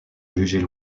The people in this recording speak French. jugent